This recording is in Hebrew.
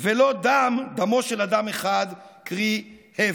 ולא "דם" דמו של אדם אחד, קרי הבל?